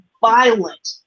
violent